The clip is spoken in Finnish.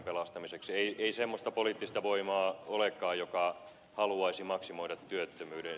ei semmoista poliittista voimaa olekaan joka haluaisi maksimoida työttömyyden